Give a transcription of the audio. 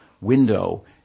window